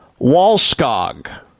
Walskog